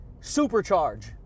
supercharge